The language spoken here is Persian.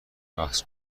بحث